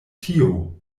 tio